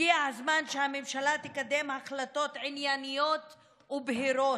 הגיע הזמן שהממשלה תקדם החלטות ענייניות ובהירות.